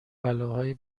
بلاهای